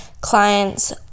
clients